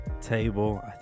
table